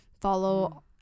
Follow